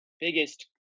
biggest